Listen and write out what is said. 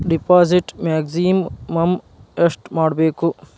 Deposit maximum ಎಷ್ಟು ಮಾಡಬೇಕು?